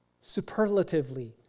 superlatively